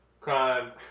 Crime